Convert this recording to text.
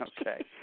Okay